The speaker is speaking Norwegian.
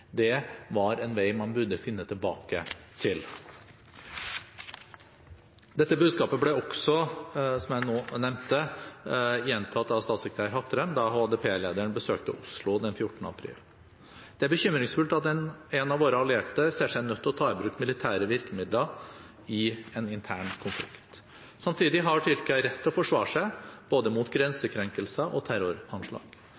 var en vei man burde finne tilbake til. Dette budskapet, som jeg nå nevnte, ble også gjentatt av statssekretær Hattrem da HDP-lederen besøkte Oslo den 14. april. Det er bekymringsfullt at en av våre allierte ser seg nødt til å ta i bruk militære virkemidler i en intern konflikt. Samtidig har Tyrkia rett til å forsvare seg både mot